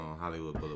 Hollywood